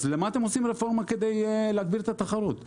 אז למה אתם עושים רפורמה כדי להגביר את התחרות?